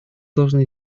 должны